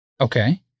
Okay